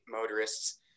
motorists